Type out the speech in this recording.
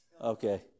Okay